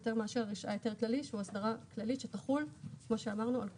יותר מאשר ההיתר הכללי שהוא אסדרה כללית שתחול כמו שאמרנו על כולם.